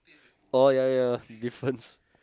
oh ya ya difference